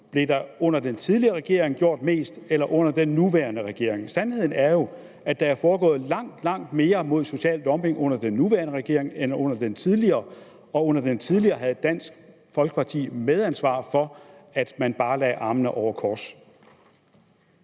mest under den tidligere regering eller under den nuværende? Sandheden er jo, at der er foregået langt, langt mere mod social dumping under den nuværende regering end under den tidligere. Under den tidligere regering havde Dansk Folkeparti et medansvar for, at den bare lagde armene over kors.